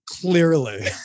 Clearly